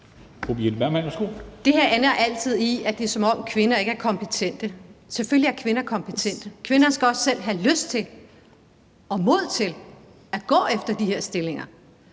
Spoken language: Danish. Det her ender altid i, at det er, som om kvinder ikke er kompetente. Selvfølgelig er kvinder kompetente. Kvinder skal også selv have lyst til og mod til at gå efter de her stillinger.